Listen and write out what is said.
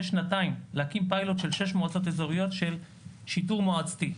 שנתיים להקים פיילוט של שש מועצות אזוריות של שיטור מועצתי.